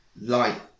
light